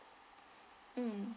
mm